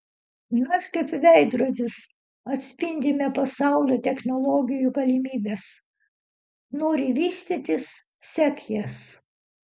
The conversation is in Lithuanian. mes kaip veidrodis atspindime pasaulio technologijų galimybes nori vystytis sek jas